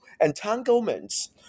entanglements